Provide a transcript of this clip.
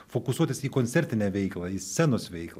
fokusuotis į koncertinę veiklą į scenos veiklą